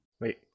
Wait